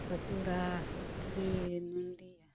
Bankura Hooghly Nadia